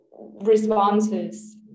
responses